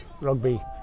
rugby